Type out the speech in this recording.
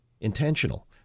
intentional